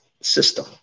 system